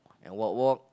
and walk walk